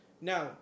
Now